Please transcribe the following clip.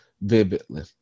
Vividly